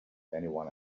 anyone